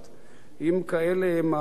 אם כאלה הן העתודות שלנו,